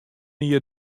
jier